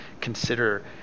consider